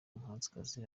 muhanzikazi